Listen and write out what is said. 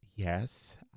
Yes